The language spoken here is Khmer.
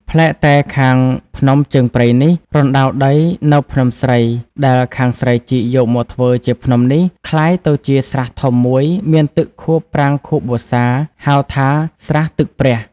ប្លែកតែខាងភ្នំជើងព្រៃនេះ រណ្ដៅដីនៅភ្នំស្រី ដែលខាងស្រីជីកយកមកធ្វើជាភ្នំនេះ ក្លាយទៅជាស្រះធំ ១ មានទឹកខួបប្រាំងខួបវស្សា ហៅថា ស្រះទឹកព្រះ